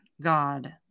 God